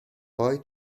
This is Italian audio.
poi